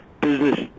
business